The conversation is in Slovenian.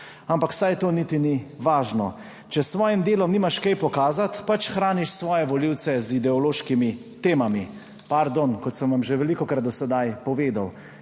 Ampak saj to niti ni važno. Če s svojim delom nimaš kaj pokazati, pač hraniš svoje volivce z ideološkimi temami. Pardon, kot sem vam že velikokrat do sedaj povedal,